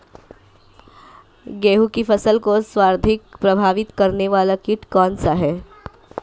गेहूँ की फसल को सर्वाधिक प्रभावित करने वाला कीट कौनसा है?